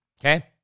Okay